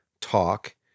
talk